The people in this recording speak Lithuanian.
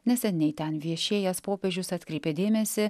neseniai ten viešėjęs popiežius atkreipė dėmesį